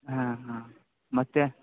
ಹಾಂ ಹಾಂ ಮತ್ತೆ